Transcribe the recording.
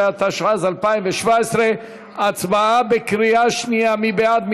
16), התשע"ז 2017. הצבעה בקריאה שנייה, מי בעד?